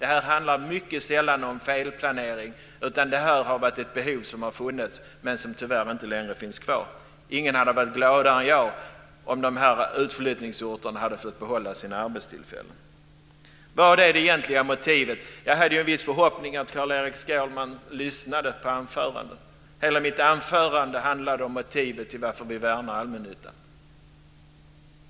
Det här handlar mycket sällan om felplanering utan om ett behov som har funnits men som tyvärr inte längre finns kvar. Ingen hade varit gladare än jag om utflyttningsorterna hade fått behålla sina arbetstillfällen. Carl-Erik Skårman frågade vad som är det egentliga motivet. Jag hade en viss förhoppning om att Carl-Erik Skårman lyssnade på mitt anförande. Hela mitt anförande handlade om motivet till att vi värnar allmännyttan.